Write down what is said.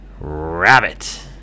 rabbit